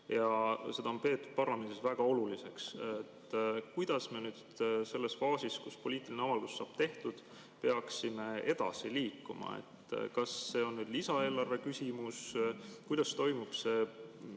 Seda on peetud parlamendis väga oluliseks. Kuidas me nüüd selles faasis, kui poliitiline avaldus saab tehtud, peaksime edasi liikuma? Kas see on lisaeelarve küsimus? Kuidas toimub see